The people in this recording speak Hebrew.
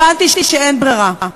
הבנתי שאין ברירה.